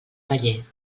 paller